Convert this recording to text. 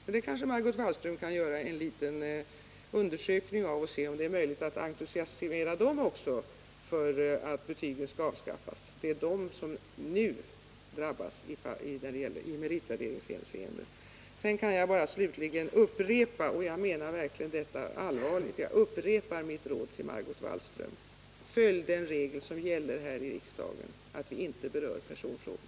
Men kanske Margot Wallström kan göra en liten undersökning och se om det är möjligt att entusiasmera dem också för att betygen skall avskaffas. Det är de som nu drabbas i meritvärderingshänseende. Sedan kan jag bara slutligen upprepa — och jag menar verkligen detta allvarligt — mitt råd till Margot Wallström: Följ den regel som gäller här i riksdagen, att vi inte berör personfrågor!